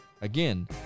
Again